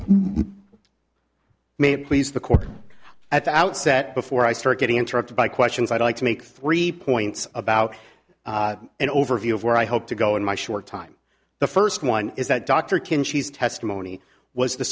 may please the court at the outset before i start getting interrupted by questions i'd like to make three points about an overview of where i hope to go in my short time the first one is that dr king she's testimony was the